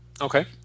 Okay